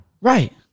Right